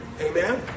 Amen